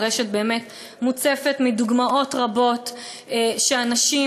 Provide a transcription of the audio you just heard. הרשת באמת מוצפת בדוגמאות רבות שאנשים,